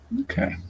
Okay